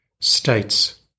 states